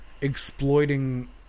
exploiting